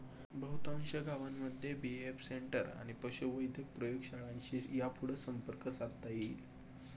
बहुतांश गावांमध्ये BAF centre आणि पशुवैद्यक प्रयोगशाळांशी यापुढं संपर्क साधता येईल